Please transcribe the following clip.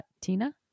tina